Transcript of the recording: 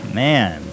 man